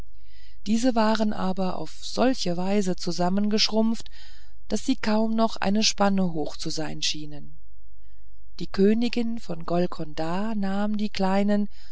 diese waren aber auf solche weise zusammengeschrumpft daß sie kaum noch eine spanne hoch zu sein schienen die königin von golkonda nahm die kleinen